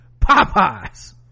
Popeyes